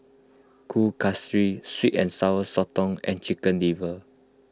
Kueh Kasturi Sweet and Sour Sotong and Chicken Liver